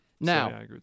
Now